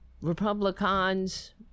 Republicans